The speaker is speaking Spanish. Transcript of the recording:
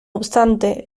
obstante